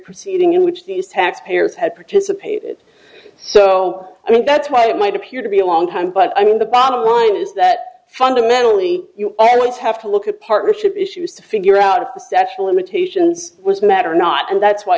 proceeding in which these taxpayers had participated so i think that's why it might appear to be a long time but i mean the bottom line is that fundamentally you always have to look at partnership issues to figure out if the statue of limitations was matter or not and that's why